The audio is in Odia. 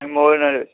ମୋରି ନାଁରେ ଅଛି